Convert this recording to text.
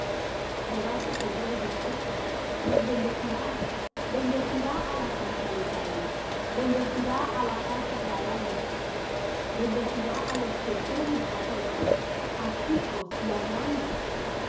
jehová se acordó de nosotros nos bendecirá bendecirá á la casa de israel bendecirá á la casa de aarón bendecirá á los que temen á jehová a chicos y á grandes